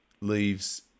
leaves